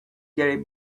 gary